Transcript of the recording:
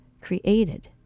created